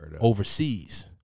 overseas